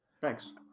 Thanks